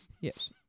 Yes